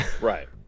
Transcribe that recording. right